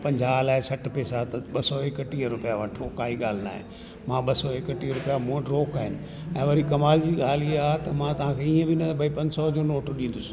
पंजाहु अलाए सठि पैसा ॿ सौ एकटीअ रुपिया वठो काई ॻाल्हि न आहे मां ॿ सौ एकटीह रुपिया मूं वटि रोक़ु आहिनि ऐं वरी कमाल जी ॻाल्हि ईअं आहे त मां तव्हांखे हीअं बि न भई पंज सौ जो नोट ॾींदुसि